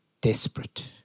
desperate